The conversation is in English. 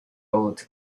old